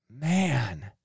Man